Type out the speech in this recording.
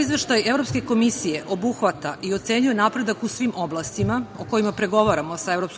Izveštaj Evropske komisije obuhvata i ocenjuje napredak u svim oblastima o kojima pregovaramo sa EU,